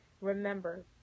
Remember